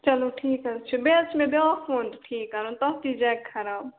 چلو ٹھیٖک حظ چھُ بیٚیہِ حظ چھُ مےٚ بیٛاکھ فون تہِ ٹھیٖک کَرُن تَتھ تہِ چھُ جیک خراب